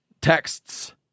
texts